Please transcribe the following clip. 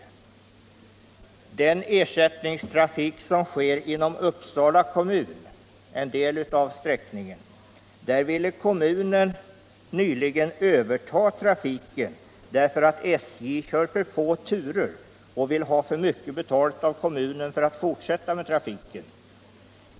Beträffande den ersättningstrafik som går genom Uppsala kommun — en del av sträckningen —- ville kommunen nyligen överta trafiken därför att SJ kör för få turer och vill ha för mycket betalt av kommunen för att fortsätta med trafiken.